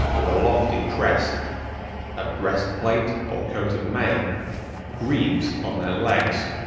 with a lofty crest a breastplate, or coat of mail greaves on their legs,